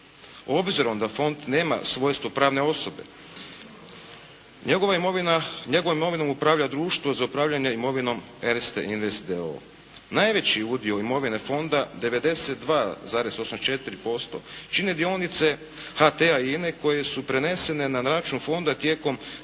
Obzirom da Fond nema svojstvo pravne osobe, njegovom imovinom upravlja društvo za upravljanje imovinom Erste invest d.o.o. Najveći udio imovine Fonda 92,84% čine dionice HT-a i INE koje su prenesene na račun fonda tijekom